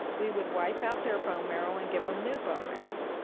we would wipe out their bone marrow and give them new bone marrow.